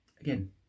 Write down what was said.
again